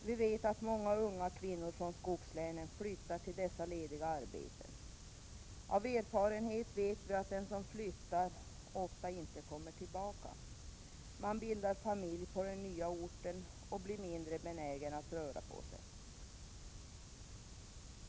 Vi vet att många unga kvinnor från skogslänen flyttar till dessa lediga arbeten. Av erfarenhet vet vi att de som flyttar ofta inte kommer tillbaka. De bildar familj på den nya orten och blir mindre benägna att ”röra på sig”.